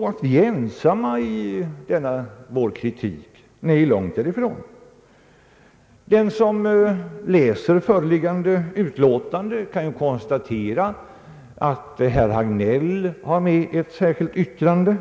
är inte ensamma i vår kritik. Nej, långt därifrån. Den som läser föreliggande utskottsutlåtande kan konstatera att bl.a. herr Hagnell därtill har fogat ett särskilt yttrande.